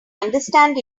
understand